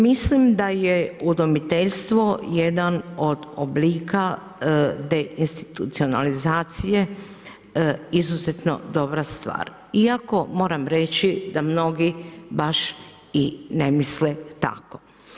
Mislim da je udomiteljstvo jedan od oblika deinstitucionalizacije izuzetno dobra stvar, iako, moram reći, da mnogi baš i ne misle tako.